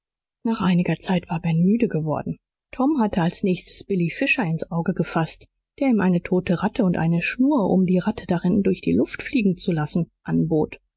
nach einiger zeit war ben müde geworden tom hatte als nächsten billy fisher ins auge gefaßt der ihm eine tote ratte und eine schnur um die ratte daran durch die luft fliegen zu lassen anbot